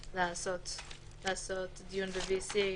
"הוועדה לעיון בעונש" כמשמעותה בסעיף 509 לחוק השיפוט הצבאי,